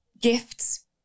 gifts